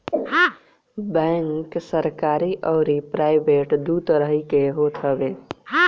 bank सरकरी अउरी private दू तरही के होत हवे